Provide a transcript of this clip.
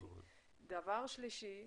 דבר שלישי,